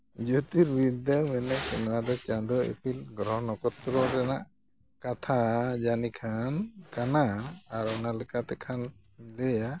ᱡᱳᱹᱛᱤᱨ ᱵᱤᱫᱽᱫᱟ ᱢᱮᱱᱮᱠ ᱚᱱᱟᱨᱮ ᱪᱟᱸᱫᱚ ᱤᱯᱤᱞ ᱜᱨᱚᱦᱚ ᱱᱚᱠᱷᱚᱛᱨᱚ ᱨᱮᱱᱟᱜ ᱠᱟᱛᱷᱟ ᱡᱟᱹᱱᱤᱡ ᱠᱷᱟᱱ ᱠᱟᱱᱟ ᱟᱨ ᱚᱱᱟ ᱞᱮᱠᱟᱛᱮᱠᱷᱟᱱ ᱞᱟᱹᱭᱟ